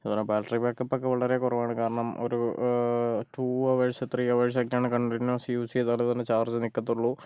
അതുപോലെ ബാറ്ററി ബാക്കപ്പൊക്കെ വളരെ കുറവാണ് കാരണം ഒരു ടു അവേഴ്സ് ത്രീ അവേഴ്സ് ഒക്കെയാണ് കണ്ടിന്യുസ് യൂസെയ്താല് തന്നെ ചാർജ് നിക്കത്തുള്ളൂ